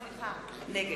(קוראת בשמות חברי הכנסת) אליהו ישי,